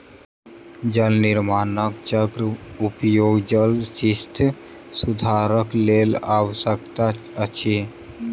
जल निर्माण चक्र पेयजलक स्थिति सुधारक लेल आवश्यक अछि